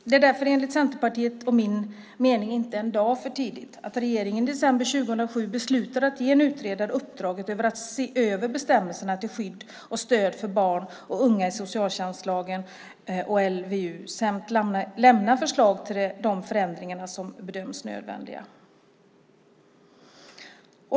Det är därför enligt Centerpartiets och min mening inte en dag för tidigt att regeringen i december 2007 beslutade att ge en utredare uppdraget att se över bestämmelserna till skydd och stöd för barn och unga i socialtjänstlagen och LVU samt lämna förslag till de förändringar som bedöms nödvändiga.